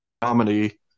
comedy